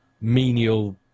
menial